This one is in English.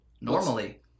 normally